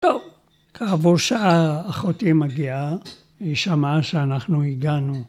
טוב, כעבור שעה אחותי מגיעה והיא שמעה שאנחנו הגענו.